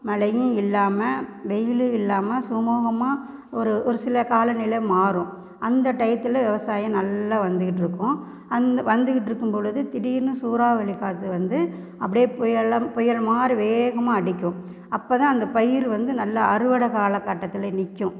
மழையும் இல்லாமல் வெயிலும் இல்லாமல் சுமூகமாக ஒரு ஒரு சில காலநிலை மாறும் அந்த டையத்துல விவசாயம் நல்லா வந்துக்கிட்டு இருக்கும் அந்த வந்துக்கிட்டுருக்கும் பொழுது திடீர்னு சூறாவளி காற்று வந்து அப்படியே புயலாக புயல் மாதிரி வேகமாக அடிக்கும் அப்போதான் அந்த பயிர் வந்து நல்லா அறுவடை காலக்கட்டத்துலை நிற்கும்